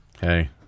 Hey